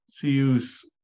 CU's